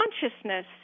consciousness